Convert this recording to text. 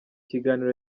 kiganiro